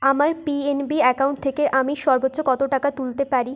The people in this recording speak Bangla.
আমার পি এন বি অ্যাকাউন্ট থেকে আমি সর্বোচ্চ কতো টাকা তুলতে পারি